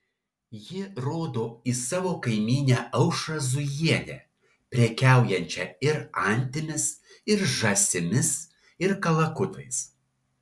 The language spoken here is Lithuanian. ji rodo į savo kaimynę aušrą zujienę prekiaujančią ir antimis ir žąsimis ir kalakutais